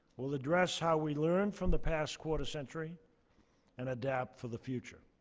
we'll address how we learn from the past quarter century and adapt for the future.